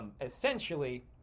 essentially